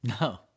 No